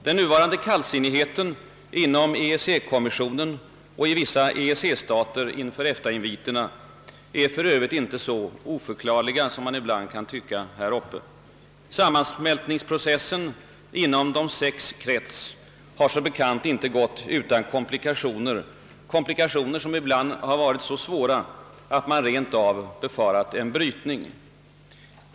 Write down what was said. Den nuvarande kallsinnigheten inom EEC-kommissionen och i vissa EEC stater inför EFTA-inviterna är för Öövrigt inte så oförklarlig som man ibland kan tycka häruppe. Sammansmältningsprocessen inom De sex” krets har som bekant inte saknat komplikationer, komplikationer som ibland varit så svåra att man rent av befarat en brytning.